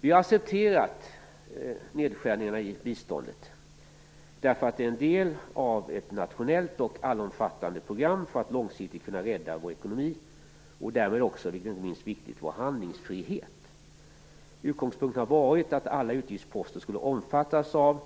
Vi har accepterat nedskärningarna i biståndet, därför att det är en del av ett nationellt och allomfattande program för att långsiktigt kunna rädda vår ekonomi och därmed, vilket inte minst är viktigt, vår handlingsfrihet. Utgångspunkten var att alla utgiftsposter skulle omfattas av